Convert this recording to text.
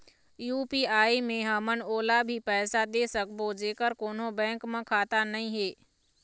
UPI मे हमन ओला भी पैसा दे सकबो जेकर कोन्हो बैंक म खाता नई हे?